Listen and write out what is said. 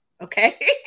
Okay